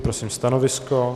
Prosím stanovisko.